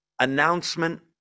announcement